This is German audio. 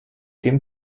dem